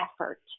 effort